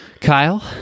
Kyle